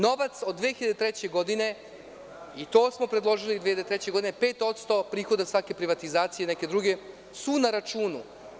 Novac od 2003. godine, i to smo predložili 2003. godine, 5% prihoda svake privatizacije i neke druge su na računu.